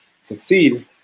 succeed